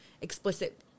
explicit